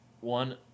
one